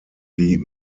die